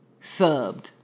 subbed